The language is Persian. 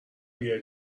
بیای